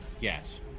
Yes